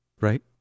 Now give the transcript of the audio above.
right